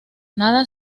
nada